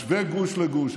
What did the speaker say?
משווה גוש לגוש.